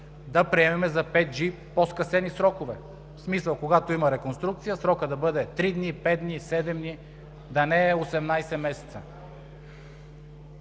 да приемем за 5G по-скъсени срокове – в смисъл, когато има реконструкция, срокът да бъде три дни, пет дни, седем дни, да не е 18 месеца.